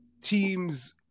teams